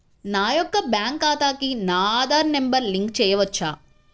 నా యొక్క బ్యాంక్ ఖాతాకి నా ఆధార్ నంబర్ లింక్ చేయవచ్చా?